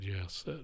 yes